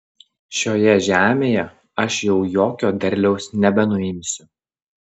šioje žemėje aš jau jokio derliaus nebenuimsiu